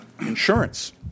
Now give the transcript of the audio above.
insurance